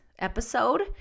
episode